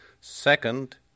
Second